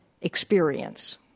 experience